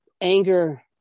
anger